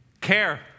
care